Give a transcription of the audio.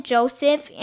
Joseph